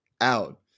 out